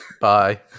Bye